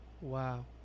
wow